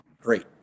great